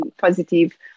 positive